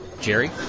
Jerry